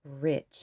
rich